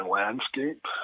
landscape